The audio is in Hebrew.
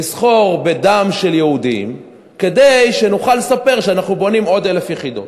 לסחור בדם של יהודים כדי שנוכל לספר שאנחנו בונים עוד 1,000 יחידות.